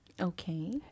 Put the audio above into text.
Okay